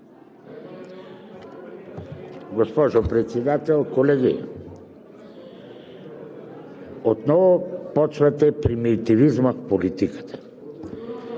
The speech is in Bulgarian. Госпожо Председател, колеги, отново започвате с примитивизма в политиката.